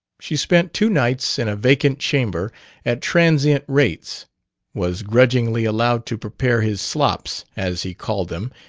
she spent two nights in a vacant chamber at transient rates was grudgingly allowed to prepare his slops, as he called them,